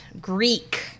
Greek